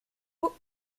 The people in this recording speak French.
aux